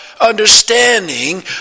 understanding